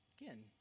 again